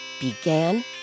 began